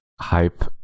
hype